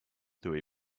through